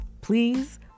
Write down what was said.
Please